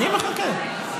אני מחכה.